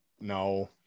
No